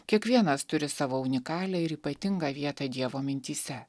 kiekvienas turi savo unikalią ir ypatingą vietą dievo mintyse